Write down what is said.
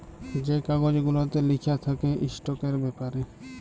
যে কাগজ গুলাতে লিখা থ্যাকে ইস্টকের ব্যাপারে